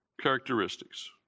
characteristics